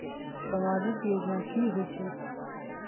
समाजिक योजना की होई छई?